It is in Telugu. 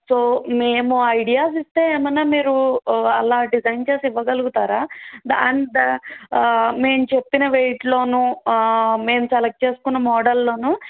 సో మేము ఐడియాస్ ఇస్తే ఏమైనా మీరు అలా డిజైన్ చేసి ఇవ్వగలుగుతారా దాని దా మేము చెప్పిన వెయిట్లోనూ మేము సెలెక్ట్ చేసుకున్న మోడల్లోనూ